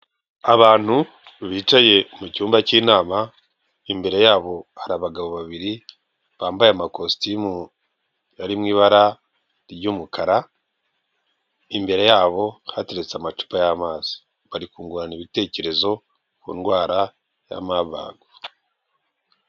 Abantu bicaye mu cyumba cy'inama, imbere yabo hari abagabo babiri, bambaye amakositimu ari mu ibara ry'umukara, imbere yabo hateretse amacupa y'amazi. Bari kungurana ibitekerezo ku ndwara ya Marburg.